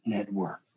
Network